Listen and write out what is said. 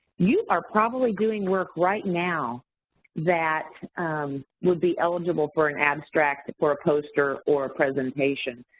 you are probably doing work right now that would be eligible for an abstract for a poster or a presentation.